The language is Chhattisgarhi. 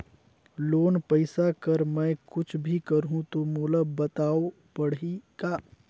लोन पइसा कर मै कुछ भी करहु तो मोला बताव पड़ही का?